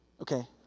okay